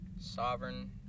Sovereign